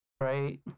right